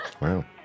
Wow